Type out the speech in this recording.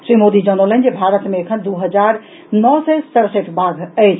श्री मोदी जनौलनि जे भारत मे एखन दू हजार नओ सय सडसठि बाघ अछि